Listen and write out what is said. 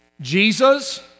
Jesus